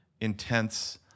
intense